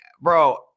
bro